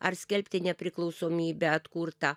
ar skelbti nepriklausomybę atkurta